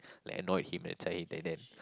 like annoyed him that's why he then then